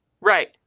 Right